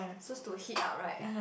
so is to hit upright